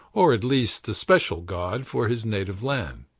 or at least a special god for his native land.